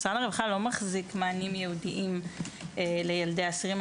משרד הרווחה לא מחזיק מענים ייעודיים לילדי אסירים,